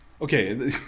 Okay